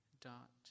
dot